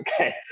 okay